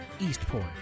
Eastport